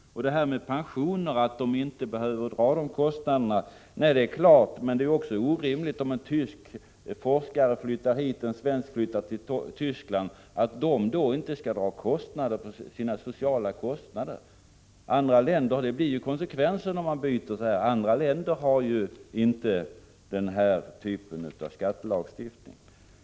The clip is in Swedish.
När det gäller pensionerna sades det att de inte behöver betala dessa kostnader. Nej, det är klart. Men det är också orimligt, om en tysk forskare flyttar hit och en svensk flyttar till Tyskland, att de då inte skall belastas med kostnader för sina sociala förmåner. Det blir ju konsekvensen om man byter på det sättet. Andra länder har ju inte den här typen av skattelagstiftning.